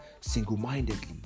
single-mindedly